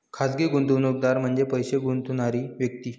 खाजगी गुंतवणूकदार म्हणजे पैसे गुंतवणारी व्यक्ती